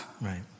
Right